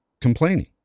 complaining